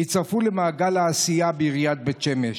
למעגל העשייה בעיריית בית שמש.